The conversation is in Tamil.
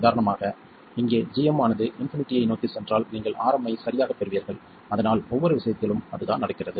உதாரணமாக இங்கே gm ஆனது இன்பினிட்டியை நோக்கிச் சென்றால் நீங்கள் Rm ஐ சரியாகப் பெறுவீர்கள் அதனால் ஒவ்வொரு விஷயத்திலும் அதுதான் நடக்கிறது